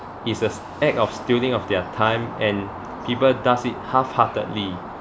is the act of stealing of their time and people does it half-heartedly